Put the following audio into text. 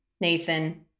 Nathan